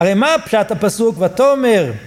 הרי מה פשט הפסוק? ותאמר...